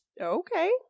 Okay